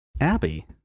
Abby